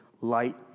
light